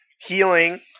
healing